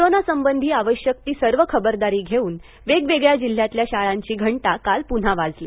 corona संबंधी आवश्यक ती सर्व खबरदारी घेऊन वेगवेगळ्या जिल्ह्यातल्या शाळांची घंटा काल पून्हा वाजली